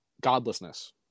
godlessness